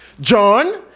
John